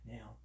Now